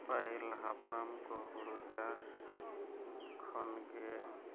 ᱯᱟᱹᱦᱤᱞ ᱦᱟᱯᱲᱟᱢ ᱠᱚ ᱦᱩᱲᱩ ᱪᱟᱥ ᱠᱷᱚᱱᱜᱮ ᱠᱷᱚᱱᱜᱮ